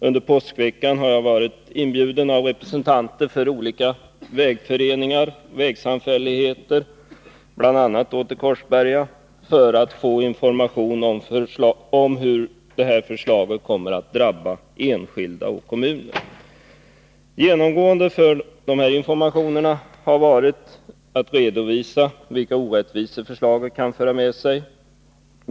Under påskveckan har jag varit inbjuden av representanter för olika vägföreningar och vägsamfälligheter i bl.a. Korsberga för att få information om hur förslaget kommer att drabba enskilda och kommuner. Genomgående för dessa informationer har varit att man velat redovisa vilka orättvisor förslaget kan föra med sig.